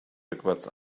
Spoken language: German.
rückwärts